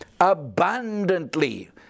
abundantly